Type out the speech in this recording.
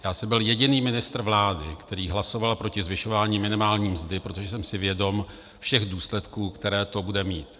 Já jsem byl jediný ministr vlády, který hlasoval proti zvyšování minimální mzdy, protože jsem si vědom všech důsledků, které to bude mít.